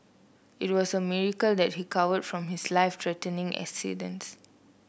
it was a miracle that he recovered from his life threatening accidents